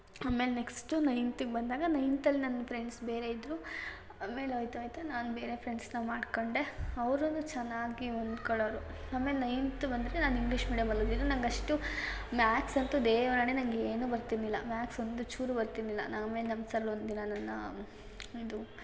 ಆಮೇಲೆ ನೆಕ್ಸ್ಟು ನೈನ್ತಿಗೆ ಬಂದಾಗ ನೈನ್ತಲ್ಲಿ ನನ್ನ ಫ್ರೆಂಡ್ಸ್ ಬೇರೆ ಇದ್ದರು ಆಮೇಲೆ ಹೋಯ್ತಾ ಹೋಯ್ತಾ ನಾನು ಬೇರೆ ಫ್ರೆಂಡ್ಸನ್ನ ಮಾಡ್ಕೊಂಡು ಅವ್ರೂ ಚೆನ್ನಾಗಿ ಹೊಂದ್ಕೊಳೋರು ಆಮೇಲೆ ನೈನ್ತು ಬಂದರೆ ನಾನು ಇಂಗ್ಲೀಷ್ ಮೀಡಿಯಮಲ್ಲಿ ಓದಿದ್ದು ನಂಗೆ ಅಷ್ಟು ಮ್ಯಾತ್ಸ್ ಅಂತೂ ದೇವರಾಣೆ ನನಗೇನೂ ಬರ್ತಿರ್ಲಿಲ್ಲ ಮ್ಯಾತ್ಸ್ ಒಂದು ಚೂರು ಬರ್ತಿರ್ಲಿಲ್ಲ ಆಮೇಲೆ ನಮ್ಮ ಸರ್ ಒಂದು ದಿನ ನನ್ನ ಇದು